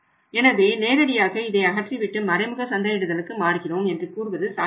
எனவே நேரடியாக இதை அகற்றிவிட்டு மறைமுக சந்தையிடுதலுக்கு மாறுகிறோம் என்று கூறுவது சாத்தியமில்லை